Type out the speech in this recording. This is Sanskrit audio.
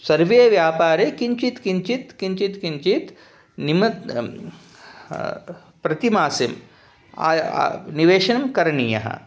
सर्वे व्यापारे किञ्चित् किञ्चित् किञ्चित् किञ्चित् निम प्रतिमासे आय आ निवेशनं करणीयं